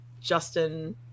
Justin